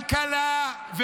-- לא כלכלה,